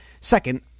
Second